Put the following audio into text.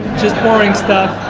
just boring stuff.